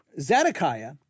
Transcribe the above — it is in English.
Zedekiah